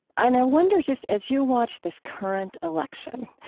and i wondered just as you watch this current election,